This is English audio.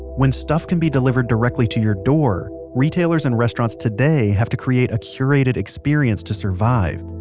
when stuff can be delivered directly to your door, retailers and restaurants today have to create a curated experience to survive.